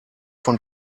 von